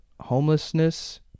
homelessness